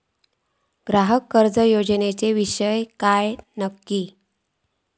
ग्राहक कर्ज योजनेचो विषय काय नक्की?